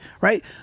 right